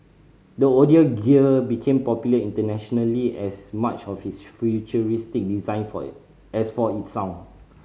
the audio gear became popular internationally as much of its futuristic design for a as for its sound